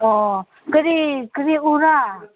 ꯑꯣ ꯀꯔꯤ ꯎꯔ